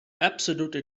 absolutely